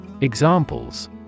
Examples